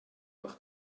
bach